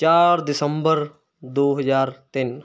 ਚਾਰ ਦਸੰਬਰ ਦੋ ਹਜ਼ਾਰ ਤਿੰਨ